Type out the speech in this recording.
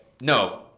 No